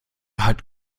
hat